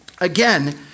Again